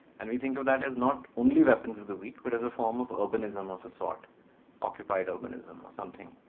and we think of that as not only weapons of the weak, but as a form of urbanism of a sort occupied urbanism or something